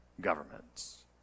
governments